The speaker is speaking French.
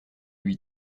lui